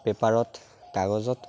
পেপাৰত কাগজত